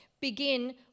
begin